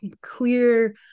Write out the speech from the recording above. clear